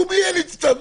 שלומיאלית קצת.